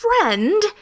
friend